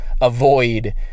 avoid